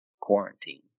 quarantine